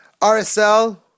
RSL